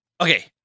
okay